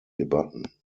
debatten